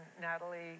Natalie